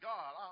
God